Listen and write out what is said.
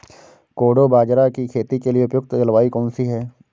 कोडो बाजरा की खेती के लिए उपयुक्त जलवायु कौन सी है?